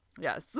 Yes